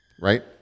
right